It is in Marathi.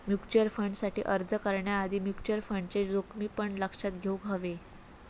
म्युचल फंडसाठी अर्ज करण्याआधी म्युचल फंडचे जोखमी पण लक्षात घेउक हवे